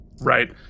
Right